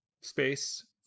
space